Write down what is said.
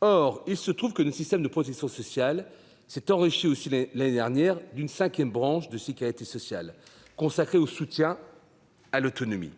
Or il se trouve que notre système de protection sociale s'est enrichi l'an dernier d'une cinquième branche de sécurité sociale, consacrée au soutien à l'autonomie,